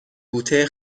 بوته